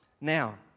Now